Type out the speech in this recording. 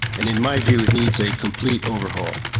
and in my view it needs a complete overhaul,